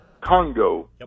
Congo